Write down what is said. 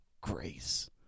grace